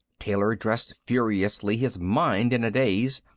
taylor dressed furiously, his mind in a daze.